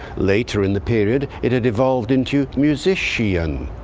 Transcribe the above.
later in the period it had evolved into musician,